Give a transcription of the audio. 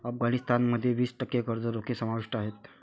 अफगाणिस्तान मध्ये वीस टक्के कर्ज रोखे समाविष्ट आहेत